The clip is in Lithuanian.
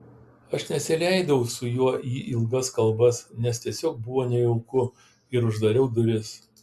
aš nesileidau su juo į ilgas kalbas nes tiesiog buvo nejauku ir uždariau duris